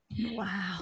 Wow